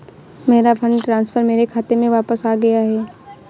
मेरा fund transfer मेरे खाते में वापस आ गया है